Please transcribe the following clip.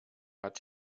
hat